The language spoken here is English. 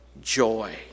joy